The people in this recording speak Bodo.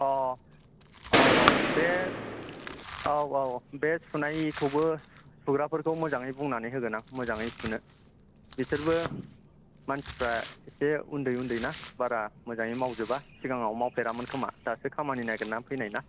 अ औ औ बे औ औ बे सुनायखौबो सु सुग्राफोरखौ मोजाङै बुंनानै होगोन आं मोजाङै सुनो बिसोरबो मानसिफ्रा एसे उन्दै उन्दैना बारा मोजाङै मावजोबा सिगाङाव मावफेरामोन खोमा दासो खामानि नागिरनानै फैनायना